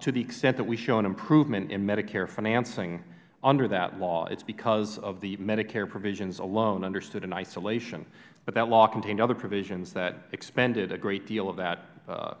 to the extent that we show an improvement in medicare financing under that law it's because of the medicare provisions alone understood in isolation but that law contained other provisions that expended a great deal of that